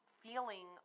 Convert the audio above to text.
feeling